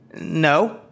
No